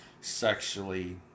sexually